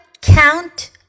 count